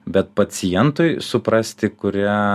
bet pacientui suprasti kuria